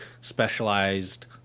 specialized